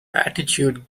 attitude